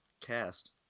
cast